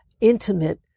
intimate